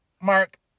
Mark